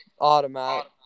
automatic